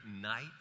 night